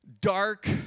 dark